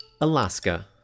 Alaska